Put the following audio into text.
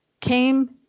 came